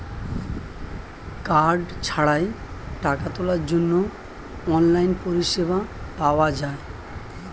card ছাড়াই টাকা তোলার জন্য অনলাইন পরিষেবা পাওয়া যায়